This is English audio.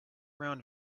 round